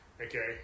okay